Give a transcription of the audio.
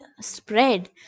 spread